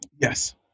Yes